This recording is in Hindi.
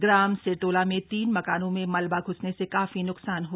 ग्राम सिरतोला में तीन मकानों में मलबा घ्सने से काफी न्कसान हैं